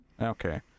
okay